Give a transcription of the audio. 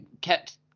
kept